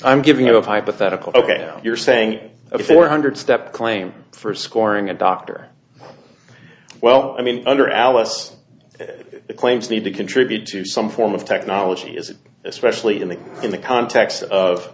i'm giving you a hypothetical ok you're saying a four hundred step claim for scoring a doctor well i mean under alice claims need to contribute to some form of technology is it especially in the in the context of